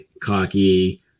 cocky